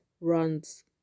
runs